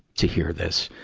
to hear this.